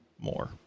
more